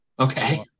Okay